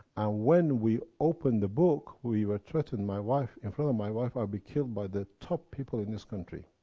and when we opened the book, we were threatened, my wife, in front of my wife and i'll be killed, by the top people in this country.